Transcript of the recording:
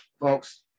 folks